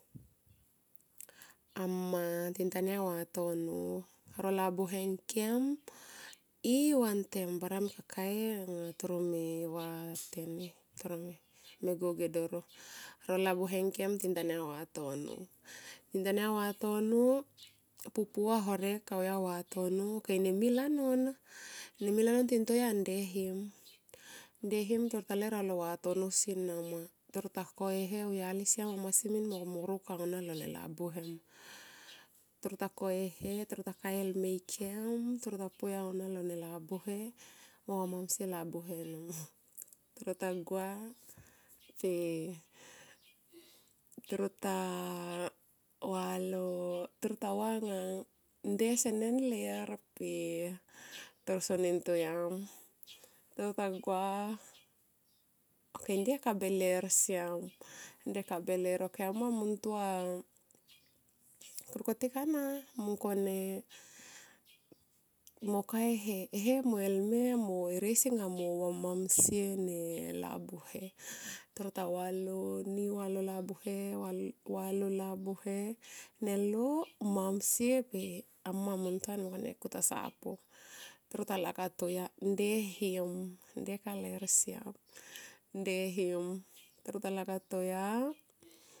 Amma tintangu vataga vatono ro labuhe ngkem i vantem bara me kakae anga toro me va teni. me go ge doro. Ro labuhe ngken tintanga van lo vatono. Tin tanyo vatono pu pumo horek auya vatono. Ne mil anon tintonga nde him. Nde him tipulaler alo ne vatono si nama. Toro ta koi he auyali. Siamlo masi min anga timo rokuk ania lo labuhe. Toro ta koi ehe toro ta kae elmeikem toro tapoi aunia lo labuhe ngkem. mo vamamsie labuhe. Toro ta gua per toro tava anga nde senenler per toro soni toyam. Toro ta gua ok nde ka be ler siam. Nde kabeler ok amma mungtua kur kotik ana mungkone mo ka e he, e lme mo eriese anga vamamise e labuhe. Toro valo ni, toro valo labuhe me lo mamsie per amma mungtuan mung kune kuta sapu. Tita lakap to ya nele him nde ka ler siam nde him toro ta lakap to ya